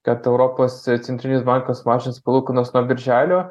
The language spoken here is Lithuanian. kad europos ce centrinis bankas mažins palūkanas nuo birželio